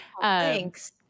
Thanks